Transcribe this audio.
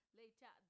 later